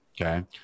Okay